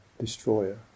Destroyer